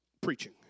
preaching